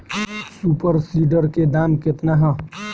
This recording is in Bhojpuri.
सुपर सीडर के दाम केतना ह?